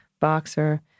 Boxer